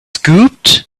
scooped